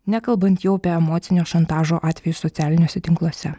nekalbant jau apie emocinio šantažo atvejus socialiniuose tinkluose